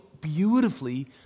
beautifully